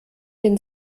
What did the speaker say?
den